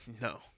No